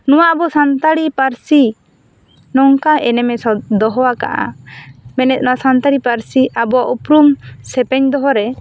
ᱱᱚᱣᱟ ᱟᱵᱚ ᱥᱟᱱᱛᱟᱲᱤ ᱯᱟᱹᱨᱥᱤ ᱱᱚᱝᱠᱟ ᱮᱱᱮᱢ ᱮ ᱥᱚ ᱫᱚᱦᱚᱣ ᱟᱠᱟᱫᱟ ᱛᱟᱵᱚᱱᱟ ᱢᱮᱱᱮᱫ ᱱᱚᱣᱟ ᱥᱟᱱᱛᱟᱲᱤ ᱯᱟᱹᱨᱥᱤ ᱟᱵᱚᱣᱟᱜ ᱩᱯᱩᱨᱩᱢ ᱥᱮᱯᱮᱧ ᱫᱚᱦᱚ ᱨᱮ